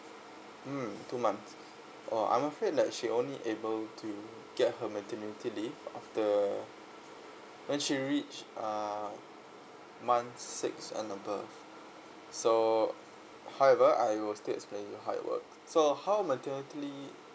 mm two months oh I'm afraid that she only able to get her maternity leave after when she reached uh month six and above so however I will still explain you how it works so how maternity le~